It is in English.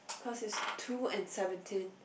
cause it's two and seventeen